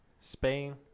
Spain